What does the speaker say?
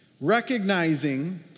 Recognizing